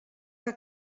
que